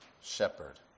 shepherd